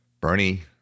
Bernie